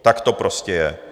Tak to prostě je.